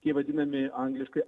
tie vadinami angliškai